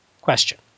question